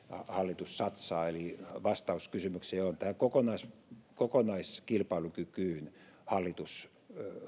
hallitus satsaa eli vastaus kysymykseen on että tähän kokonaiskilpailukykyyn hallitus